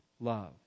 love